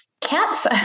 Cats